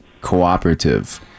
cooperative